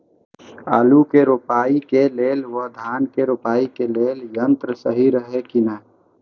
आलु के रोपाई के लेल व धान के रोपाई के लेल यन्त्र सहि रहैत कि ना?